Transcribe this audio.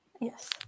Yes